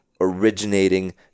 originating